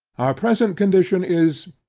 our present condition, is,